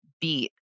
beat